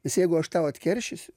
nes jeigu aš tau atkeršysiu